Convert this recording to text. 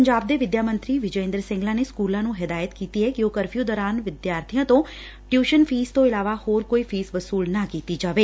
ਪੰਜਾਬ ਦੇ ਵਿਦਿਆ ਮੰਤਰੀ ਵਿਜੈ ਇੰਦਰ ਸਿੰਗਲਾ ਨੇ ਸਕੁਲਾ ਨੂੰ ਹਿਦਾਇਤ ਕੀਤੀ ਐ ਕਿ ਉਹ ਕਰਫਿਉ ਦੌਰਾਨ ਵਿਦਿਆਰਥੀਆਂ ਤੋਂ ਟਿਉਸ਼ਨ ਫੀਸ ਤੋਂ ਇਲਾਵਾ ਹੌਰ ਕੌਈ ਫੀਸ ਵਸੁਲ ਨਾ ਕੀਤੀ ਜਾਵੇ